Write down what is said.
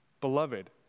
beloved